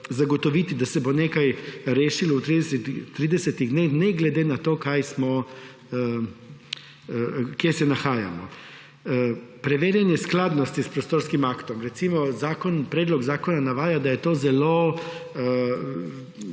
zagotoviti, da se bo nekaj rešilo v 30 dneh, ne glede na to, kje se nahajamo. Preverjanje skladnosti s prostorskim aktom. Recimo, predlog zakona navaja, da je to